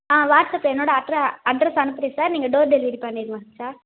ஆ WhatsApp என்னோடய அட்ர address அனுப்புகிறேன் சார் நீங்கள் டோர் டெலிவரி பண்ணிடுங்க சார்